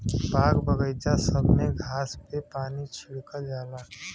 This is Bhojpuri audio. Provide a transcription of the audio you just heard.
बाग बगइचा सब में घास पे पानी छिड़कल जाला